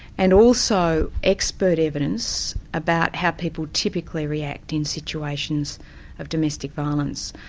and also expert evidence about how people typically react in situations of domestic violence.